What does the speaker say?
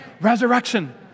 Resurrection